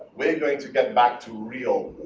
we're going to get back to real